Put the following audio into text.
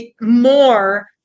more